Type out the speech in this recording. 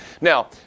Now